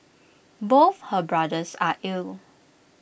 both her brothers are ill